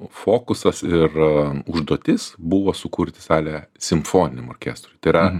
fokusas ir užduotis buvo sukurti salę simfoniniam orkestrui tai yra